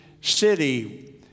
city